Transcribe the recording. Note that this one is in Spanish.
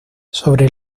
sobre